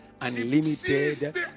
unlimited